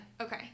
Okay